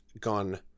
gone